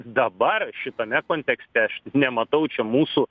dabar šitame kontekste aš nematau čia mūsų